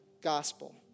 gospel